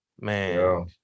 Man